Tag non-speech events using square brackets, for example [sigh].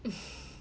[laughs]